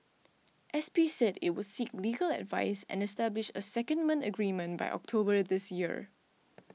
S P said it would seek legal advice and establish a secondment agreement by October this year